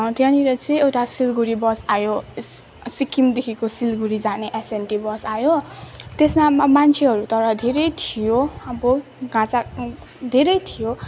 त्यहाँनिर चाहिँ एउटा सिलगढी बस आयो सिक्किमदेखिको सिलिगुडी जाने एसएनटी बस आयो त्यसमा मान्छेहरू तर धेरै थियो अब घाचाक् धेरै थियो